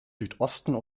südosten